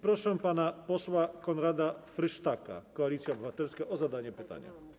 Proszę pana posła Konrada Frysztaka, Koalicja Obywatelska, o zadanie pytania.